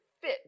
fit